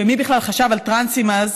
ומי בכלל חשב על טרנסים אז,